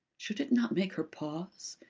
should it not make her pause?